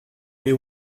mais